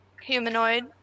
humanoid